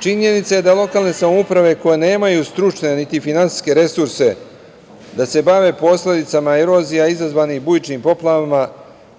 Činjenica je da lokalne samouprave, koje nemaju stručne, niti finansijske resurse, da se bave posledicama erozija, izazvane bujičnim poplavama,